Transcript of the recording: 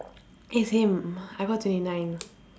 eh same I got thirty nine